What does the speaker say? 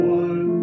one